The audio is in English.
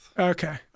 Okay